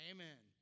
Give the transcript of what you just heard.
Amen